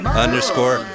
underscore